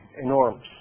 enormous